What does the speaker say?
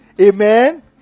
Amen